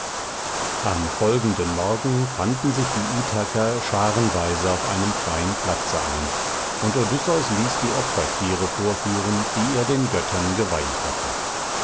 am folgenden morgen fanden sich die ithaker scharenweise auf einem freien platze ein und odysseus ließ die opferstiere vorführen die er den göttern geweihet hatte